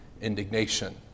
indignation